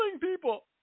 people